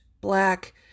black